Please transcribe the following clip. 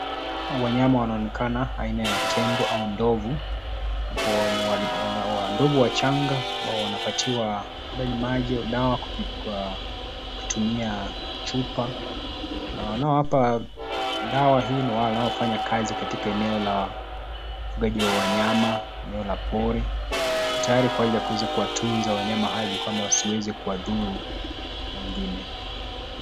Wanyama wanaonekana aina ya tembo au ndovu, ambapo ni ndovu wachanga, amabao wanapatiwa, labda ni maji au dawa kwa, kutumia, chupa, na wanaowapa, dawa hii ni wale wanaofanya kazi katika eneo la, ufugaji wa wanyama, eneo la pori, yuko tayari kwa ajili ya kuweza kuwatunza wanyama hawa ndio kwamba wasiweze kuwadhuru, wengine.